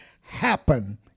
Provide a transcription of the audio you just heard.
happen